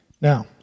Now